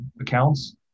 accounts